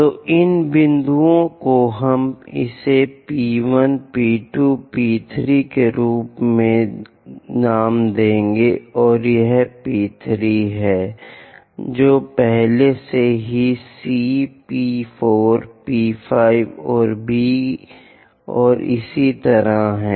तो इन बिंदुओं को हम इसे P 1 P 2 P 3 के रूप में नाम देंगे यह P3 है जो पहले से ही C P 4 P 5 और B और इसी तरह है